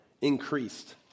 increased